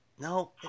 No